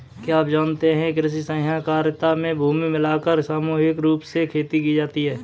क्या आप जानते है कृषि सहकारिता में भूमि मिलाकर सामूहिक रूप से खेती की जाती है?